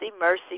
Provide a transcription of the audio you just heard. Mercy